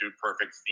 Perfect